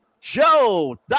Joe